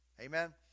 Amen